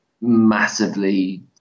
massively